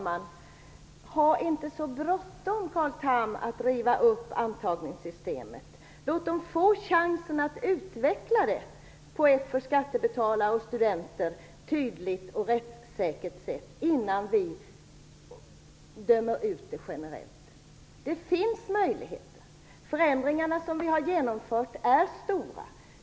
Herr talman! Ha inte så bråttom, Carl Tham, att riva upp antagningssystemet! Låt det få chansen att utvecklas på ett för skattebetalare och studenter tydligt och rättssäkert sätt innan vi dömer ut det generellt! Det finns möjligheter. Förändringarna som vi har genomfört är stora.